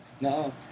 No